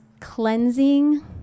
cleansing